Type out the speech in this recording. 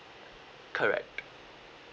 correct